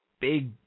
Big